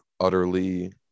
utterly